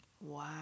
Wow